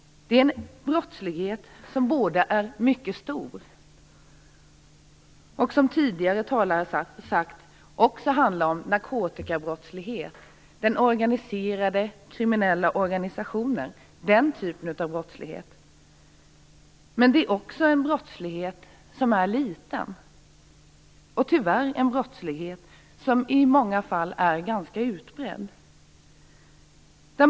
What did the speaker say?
Det är en brottslighet som är mycket stor - som tidigare talare sagt handlar den också om narkotikabrottslighet och om organiserade kriminella organisationer. Men det är också en brottslighet som är liten. Tyvärr är det en brottslighet som i många fall är ganska utbredd.